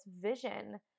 vision